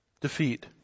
defeat